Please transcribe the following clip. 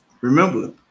remember